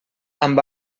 amb